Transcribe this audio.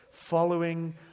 Following